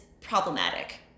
problematic